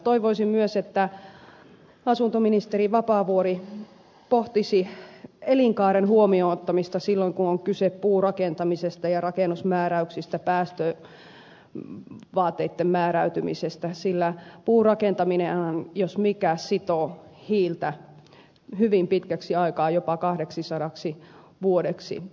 toivoisin myös että asuntoministeri vapaavuori pohtisi elinkaaren huomioonottamista silloin kun on kyse puurakentamisesta ja rakennusmääräyksistä päästövaateitten määräytymisestä sillä puurakentaminenhan jos mikä sitoo hiiltä hyvin pitkäksi aikaa jopa kahdeksisadaksi vuodeksi